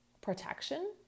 protection